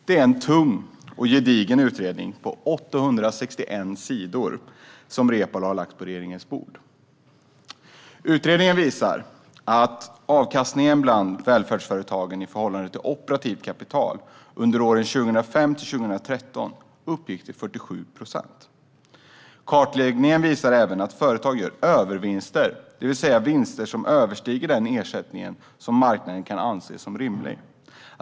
Det är en tung och gedigen utredning på 861 sidor som Reepalu har lagt på regeringens bord. Utredningen visar att avkastningen bland välfärdsföretagen i förhållande till operativt kapital under åren 2005-2013 uppgick till 47 procent. Kartläggningen visar även att företag gör övervinster, det vill säga vinster som överstiger den ersättning som marknaden kan anse som rimlig.